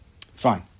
Fine